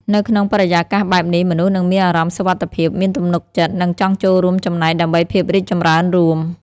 នៅក្នុងបរិយាកាសបែបនេះ មនុស្សនឹងមានអារម្មណ៍សុវត្ថិភាព មានទំនុកចិត្ត និងចង់ចូលរួមចំណែកដើម្បីភាពរីកចម្រើនរួម។